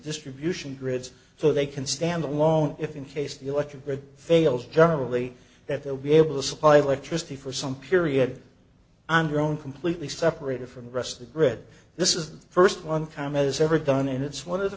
distribution grids so they can stand alone if in case the electric grid fails generally that they'll be able to supply electricity for some period under own completely separated from the rest of the grid this is the st one com has ever done and it's one of the